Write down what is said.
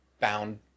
bound